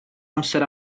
amser